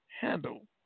handle